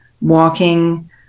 walking